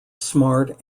smart